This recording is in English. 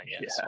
yes